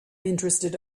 interested